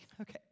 Okay